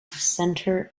centre